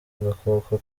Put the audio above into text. agakoko